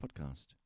Podcast